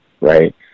Right